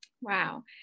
Wow